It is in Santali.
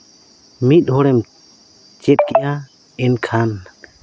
ᱢᱤᱫ ᱦᱚᱲᱮᱢ ᱪᱮᱫ ᱠᱮᱫᱼᱟ ᱮᱱᱠᱷᱟᱱ